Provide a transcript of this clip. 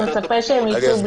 אתה מצפה שהם יצאו בלי היועצים?